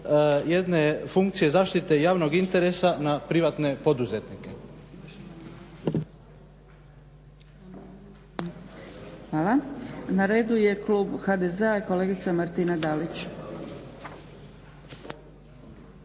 jedne funkcije zaštite javnog interesa na privatne poduzetnike.